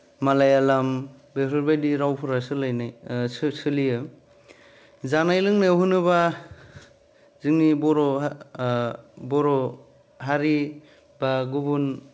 मालायालम बेफोरबायदि रावफोरा सोलायनाय ओ सोलियो जानाय लोंनायाव होनोबा जोंनि बर' ओ बर' हारि बा गुबुन